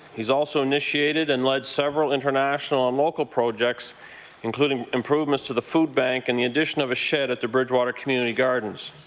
he's initiated and led several international and local projects including improvements to the food bank and the addition of a shed at the bridgewater community gardens.